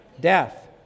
death